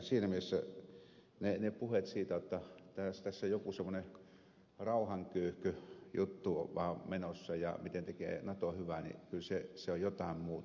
siinä mielessä ne puheet siitä jotta tässä joku semmoinen rauhankyyhkyjuttu on vaan menossa ja miten tekee nato hyvää on jotain muuta